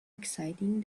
exciting